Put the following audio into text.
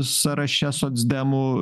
sąraše socdemų